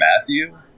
Matthew